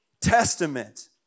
testament